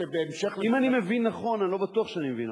אם אני מבין נכון, אני לא בטוח שאני מבין נכון.